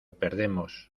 perdemos